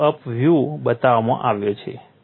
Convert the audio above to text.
close up views બતાવવામાં આવ્યા છે